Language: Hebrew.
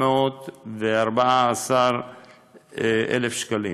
714,000 ש"ח.